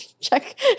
check